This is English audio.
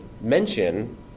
mention